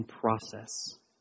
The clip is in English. Process